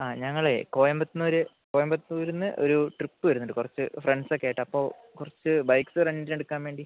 ആ ഞങ്ങളെ കോയമ്പത്തൂര് കോയമ്പത്തൂരിന്ന് ഒരു ട്രിപ്പ് വരുന്നുണ്ട് കുറച്ച് ഫ്രണ്ട്സ് ഒക്കെ ആയിട്ട് അപ്പോൾ കുറച്ച് ബൈക്സ് റെൻറ്റിന് എടുക്കാൻ വേണ്ടി